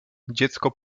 dziecko